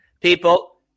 People